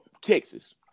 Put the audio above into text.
Texas